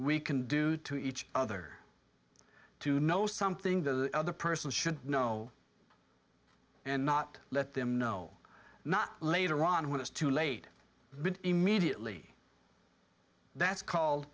we can do to each other to know something the other person should know and not let them know not later on when it's too late immediately that's called